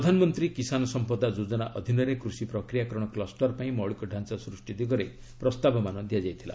ପ୍ରଧାନମନ୍ତ୍ରୀ କିଷାନ୍ ସମ୍ପଦା ଯୋଜନା ଅଧୀନରେ କୃଷି ପ୍ରକ୍ରିୟାକରଣ କୁଷ୍ଟର ପାଇଁ ମୌଳିକ ଡାଞ୍ଚା ସୃଷ୍ଟି ଦିଗରେ ପ୍ରସ୍ତାବମାନ ମିଳିଥିଲା